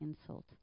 insult